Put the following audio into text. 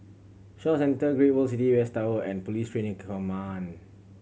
Shaw Centre Great World City West Tower and Police Training Command